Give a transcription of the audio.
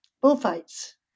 bullfights